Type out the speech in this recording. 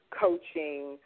coaching